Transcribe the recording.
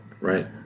right